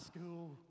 school